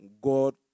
God